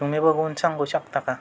तुम्ही बघून सांगू शकता का